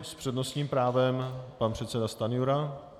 S přednostním právem pan předseda Stanjura.